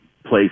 place